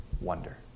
wonder